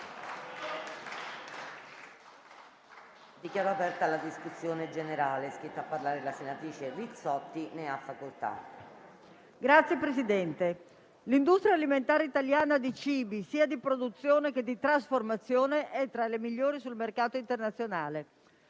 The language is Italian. Signor Presidente, l'industria alimentare italiana di cibi sia di produzione che di trasformazione è tra le migliori sul mercato internazionale.